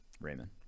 Raymond